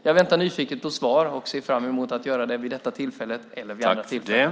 Jag väntar nyfiket på svar och ser fram emot att få höra det vid detta tillfälle eller vid andra tillfällen.